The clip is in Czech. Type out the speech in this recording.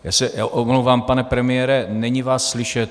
Já se omlouvám, pane premiére, není vás slyšet.